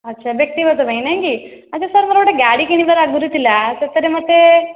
ଆଚ୍ଛା ବ୍ୟକ୍ତିଗତ ପାଇଁ ନାହିଁ କି ଆଛା ସାର୍ ମୋର ଗୋଟେ ଗାଡି କିଣିବାର ଆଗରୁ ଥିଲା ଆଉ ସେଥିରେ ମୋତେ